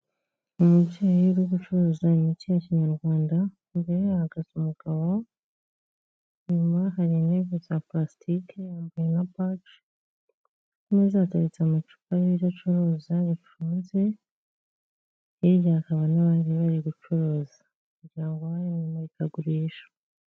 Umubyeyi uri gucuruza imiti ya kinyarwanda, imbere ye hahagaze umugabo, inyuma hari intebe za purasitike, yambaye na baje, ku meza hateretse amacupa y'ibyo acuruza bifunze. Hirya hakaba n'abandi bari gucuruza. Wagira ngo bari mu imurikagurisha.